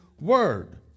word